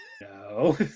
no